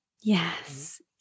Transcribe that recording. Yes